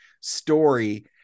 story